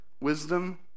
Wisdom